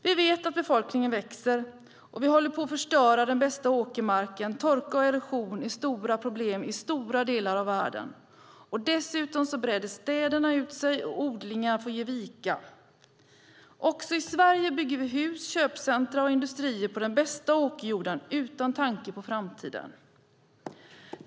Vi vet att befolkningen växer, och vi håller på att förstöra den bästa åkermarken. Torka och erosion är stora problem i stora delar av världen. Dessutom breder städerna ut sig, och odlingar får ge vika. Också i Sverige bygger vi hus, köpcentrum och industrier på den bästa åkerjorden utan tanke på framtiden.